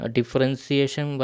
Differentiation